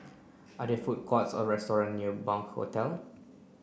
are there food courts or restaurant near Bunc Hotel